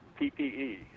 PPE